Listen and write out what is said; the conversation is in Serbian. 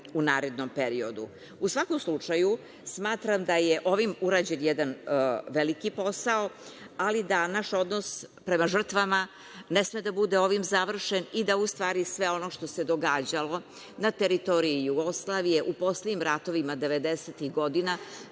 svakom slučaju, smatram da je ovim urađen jedan veliki posao, ali da naš odnos prema žrtvama ne sme da bude ovim završen i da u stvari sve ono što se događalo na teritoriji Jugoslavije u poslednjim ratovima 90-ih godina